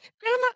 grandma